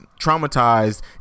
traumatized